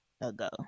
ago